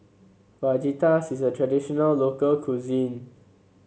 fajitas is a traditional local cuisine